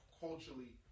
culturally